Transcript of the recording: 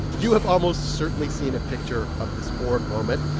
you have almost certainly seen a picture of this orb moment.